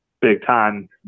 big-time